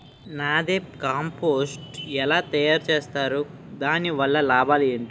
NADEP compost ఎలా తయారు చేస్తారు? దాని వల్ల లాభాలు ఏంటి?